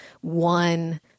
one